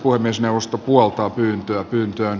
puhemiesneuvosto puoltaa pyyntöä